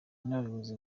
n’abayobozi